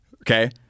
Okay